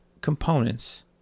components